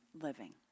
living